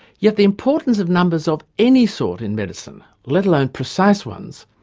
yet the importance of numbers of any sort in medicine, let alone precise ones,